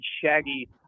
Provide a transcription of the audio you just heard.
shaggy